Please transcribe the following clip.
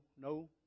no